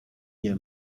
nie